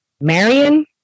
Marion